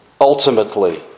Ultimately